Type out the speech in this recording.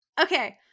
Okay